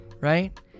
right